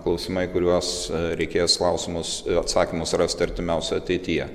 klausimai kuriuos reikės klausimus atsakymus rasti artimiausioj ateityje